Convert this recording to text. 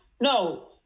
No